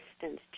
distance